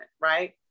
right